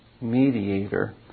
mediator